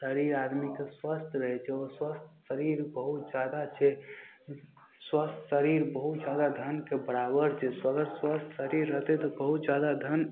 शरीर आदमीके स्वस्थ रहै छै आओर स्वस्थ शरीर बहुत जादा छै स्वस्थ शरीर बहुत जादा धनके बराबर छै अगर स्वस्थ शरीर रहतै तऽ बहुत जादा धन